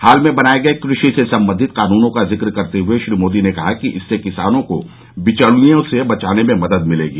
हाल में बनाए गए कृषि से संबंधित कानूनों का जिक्र करते हुए श्री मोदी ने कहा कि इसर्से किसानों को बिचौलियों से बचाने में मदद मिलेगी